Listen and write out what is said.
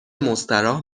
مستراح